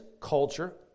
culture